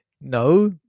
no